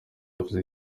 yavuze